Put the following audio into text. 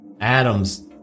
Adam's